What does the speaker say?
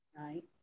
right